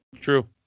True